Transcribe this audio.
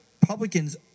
Republicans